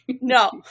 No